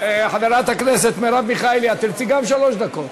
חברת הכנסת מרב מיכאלי, את תרצי גם שלוש דקות?